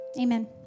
Amen